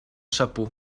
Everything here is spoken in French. chapeau